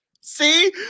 See